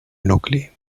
nucli